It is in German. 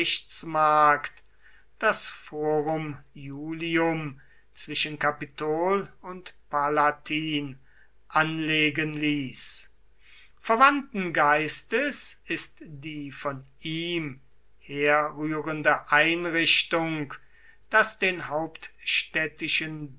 das forum iulium zwischen kapitol und palatin anlegen ließ verwandten geistes ist die von ihm herrührende einrichtung daß den